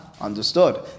Understood